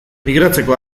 migratzeko